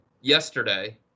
yesterday